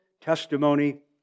testimony